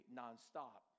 nonstop